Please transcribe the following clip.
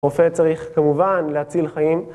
רופא צריך כמובן להציל חיים.